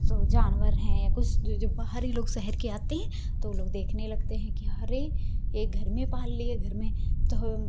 तो जानवर हैं या कुछ जो जो बाहरी लोग शहर के आते हैं तो वो लोग देखने लगते हैं कि अरे ये घर में पाल लिए घर में तो हम